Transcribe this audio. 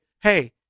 hey